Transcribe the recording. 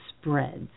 spreads